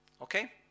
Okay